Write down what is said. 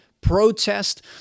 protest